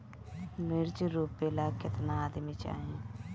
मिर्च रोपेला केतना आदमी चाही?